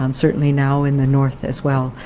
um certainly now in the north as well,